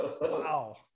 Wow